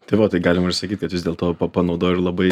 tai va tai galima ir sakyt kad vis dėlto pa panaudojo ir labai